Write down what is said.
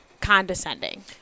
condescending